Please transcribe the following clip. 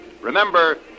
Remember